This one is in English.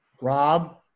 Rob